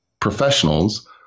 professionals